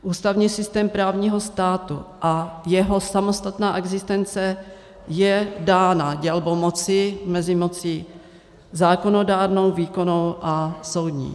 Ústavní systém právního státu a jeho samostatná existence je dána dělbou moci mezi mocí zákonodárnou, výkonnou a soudní.